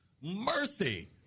mercy